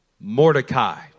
Mordecai